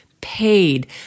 paid